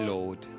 Lord